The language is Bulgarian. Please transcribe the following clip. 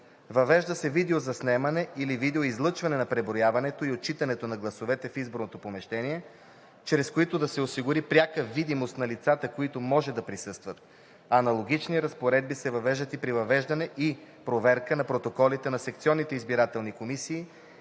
Въвежда се видеозаснемане или видеоизлъчване при преброяването и отчитането на гласовете в изборното помещение, чрез които да се осигури пряка видимост на лицата, които може да присъстват. Аналогични разпоредби се въвеждат и при приемане и проверка на протоколите на секционните избирателни комисии